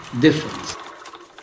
difference